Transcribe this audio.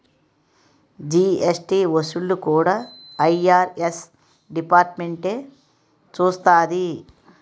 GST వసూళ్లు కూడా IRS డిపార్ట్మెంటే చూస్తాది